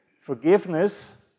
Forgiveness